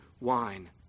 wine